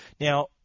Now